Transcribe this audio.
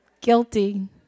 Guilty